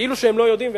כאילו הם לא יודעים,